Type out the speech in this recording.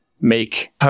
make